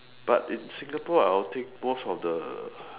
but in Singapore I'll think most of the